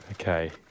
Okay